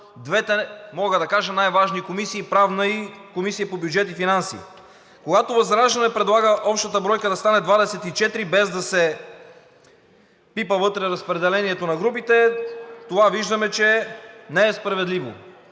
двете, мога да кажа най-важни комисии – Правната и Комисията по бюджет и финанси. Когато ВЪЗРАЖДАНЕ предлага общата бройка да стане 24, без да се пипа вътре разпределението на групите, тогава виждаме, че не е справедливо.